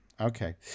Okay